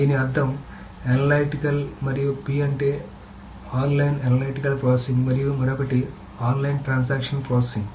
దీని అర్థం అనలిటికల్ మరియు P అంటే ఆన్లైన్ అనలిటికల్ ప్రాసెసింగ్ మరియు మరొకటి ఆన్లైన్ ట్రాన్సాక్షన్ ప్రాసెసింగ్